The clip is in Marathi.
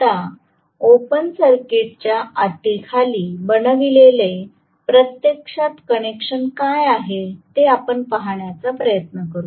आता ओपन सर्किटच्या अटीखाली बनविलेले प्रत्यक्षात कनेक्शन काय आहे ते आपण पाहण्याचा प्रयत्न करू